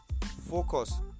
focus